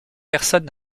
personne